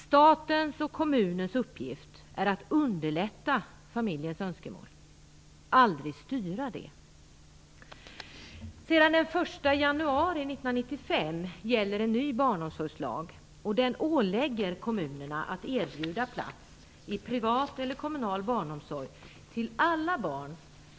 Statens och kommunens uppgift är att underlätta familjens önskemål, aldrig att styra det. Fru talman!